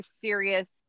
serious